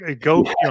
go